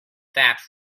that